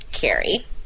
Carrie